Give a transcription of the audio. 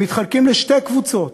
הם מתחלקים לשתי קבוצות: